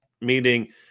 meaning –